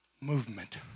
movement